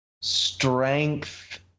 strength